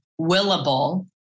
willable